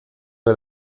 del